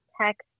text